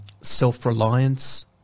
self-reliance